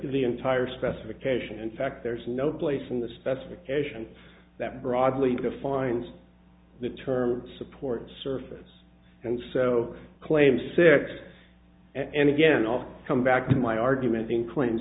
the entire specification in fact there's no place in the specification that broadly defines the term support services and so claims six and again off come back to my argument in cl